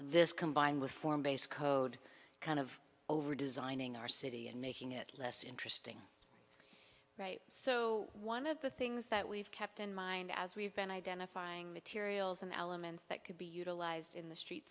this combined with form based code kind of over designing our city and making it less interesting right so one of the things that we've kept in mind as we've been identifying materials and elements that could be utilized in the street